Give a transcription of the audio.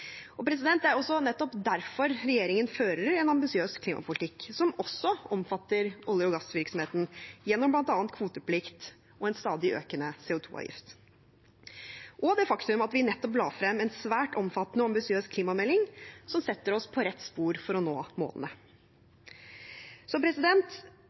Det er nettopp derfor regjeringen fører en ambisiøs klimapolitikk som også omfatter olje- og gassvirksomheten, gjennom bl.a. kvoteplikt, en stadig økende CO 2 -avgift og det faktum at vi nettopp la frem en svært omfattende og ambisiøs klimamelding som setter oss på rett spor for å nå målene.